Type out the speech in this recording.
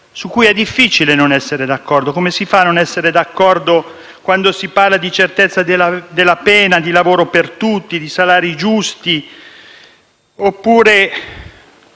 su cui è difficile non essere d'accordo. Come si fa a non essere d'accordo quando si parla di certezza della pena, di lavoro per tutti, di salari giusti,